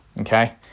Okay